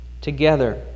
together